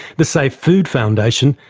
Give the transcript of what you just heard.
the safe food foundation,